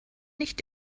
nicht